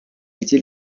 était